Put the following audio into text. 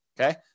Okay